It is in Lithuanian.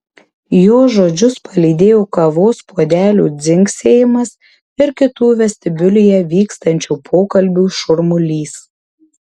jo žodžius palydėjo kavos puodelių dzingsėjimas ir kitų vestibiulyje vykstančių pokalbių šurmulys